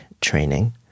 training